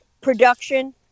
production